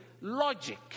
logic